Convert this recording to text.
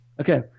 Okay